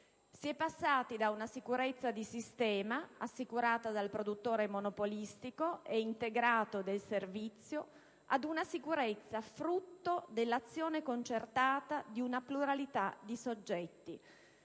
Si è passati da una sicurezza di sistema, assicurata dal produttore monopolistico ed integrato del servizio, ad una sicurezza frutto dell'azione concertata di una pluralità di soggetti,